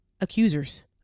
accusers